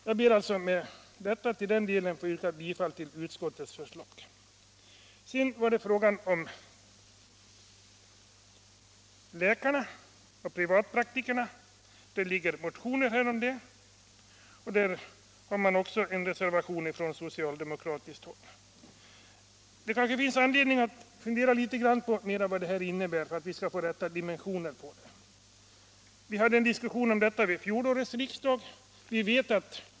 Jag ber alltså att få yrka bifall till utskottets förslag i denna del. I fråga om läkarna och privatpraktikerna föreligger motioner och också en reservation från socialdemokratiskt håll. Det kanske finns anledning att fundera litet mer på vad detta innebär för att vi skall få de rätta dimensionerna på denna fråga. Vi hade en diskussion om detta vid fjolårets riksdag.